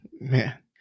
Man